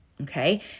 Okay